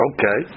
Okay